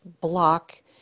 block